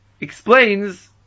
explains